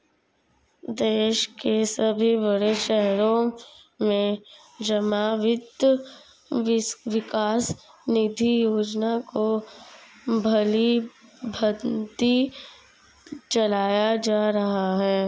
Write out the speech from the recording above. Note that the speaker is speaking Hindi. देश के सभी बड़े शहरों में जमा वित्त विकास निधि योजना को भलीभांति चलाया जा रहा है